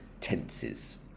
tenses